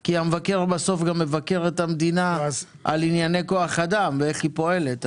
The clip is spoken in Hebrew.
כי המבקר בסוף גם מבקר את המדינה על ענייני כוח אדם ואיך היא פועלת.